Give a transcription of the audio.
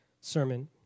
sermon